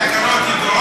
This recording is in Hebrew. התקנות ידועות לך?